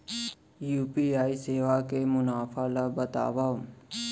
UPI सेवा के मुनाफा ल बतावव?